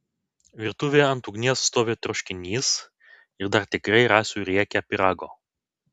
virtuvėje ant ugnies stovi troškinys ir dar tikrai rasiu riekę pyrago